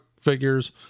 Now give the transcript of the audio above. figures